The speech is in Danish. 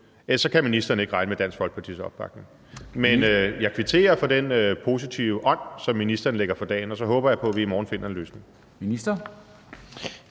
kan ministeren ikke regne med Dansk Folkepartis opbakning. Men jeg kvitterer for den positive ånd, som ministeren lægger for dagen, og så håber jeg på, at vi i morgen finder en løsning.